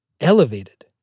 elevated